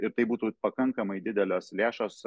ir tai būtų pakankamai didelės lėšos